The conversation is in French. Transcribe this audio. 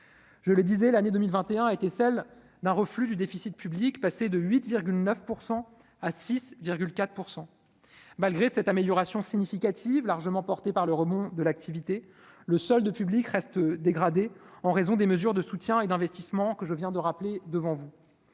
je le disais, l'année 2021 a été celle d'un reflux du déficit public, passer de 8,9 % à 6 4 % malgré cette amélioration significative largement porté par le rebond de l'activité, le solde public reste dégradé en raison des mesures de soutien et d'investissements que je viens de rappeler devant vous,